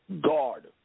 Guard